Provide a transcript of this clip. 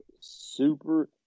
super